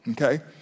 Okay